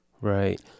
Right